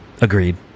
Agreed